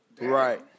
Right